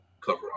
cover